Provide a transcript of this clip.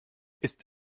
ist